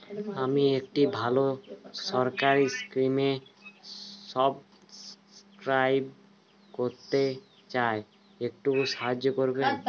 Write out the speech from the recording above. আমি একটি ভালো সরকারি স্কিমে সাব্সক্রাইব করতে চাই, একটু সাহায্য করবেন?